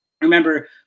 Remember